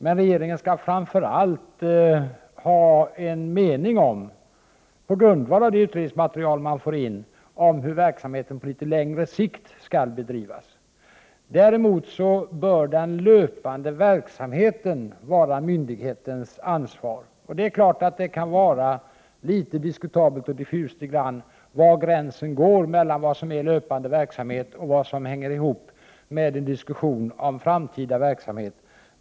Men regeringen skall framför allt ha en mening om, på grundval av det utredningsmaterial man får in, hur verksamheten på litet längre sikt skall bedrivas. Däremot bör den löpande verksamheten vara myndighetens ansvar, och det är klart att det kan vara litet diskutabelt och diffust ibland var gränsen går mellan vad som är löpande verksamhet och vad som hänger ihop med en diskussion om framtida verksamhet.